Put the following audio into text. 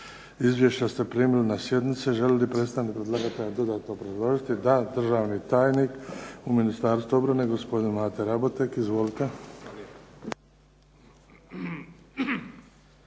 Izvješća ste primili na sjednici. Želi li predstavnik predlagatelja dodatno obrazložiti? Da. Državni tajnik u Ministarstvu obrane gospodin Mate RAboteg. Izvolite.